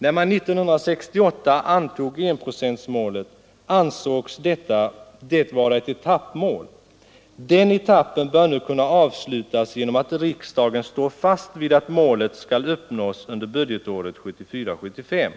När man 1968 antog enprocentsmålet ansågs det vara ett etappmål. Den debatten bör nu kunna avslutas genom att riksdagen står fast vid att målet skall uppnås under budgetåret 1974/75.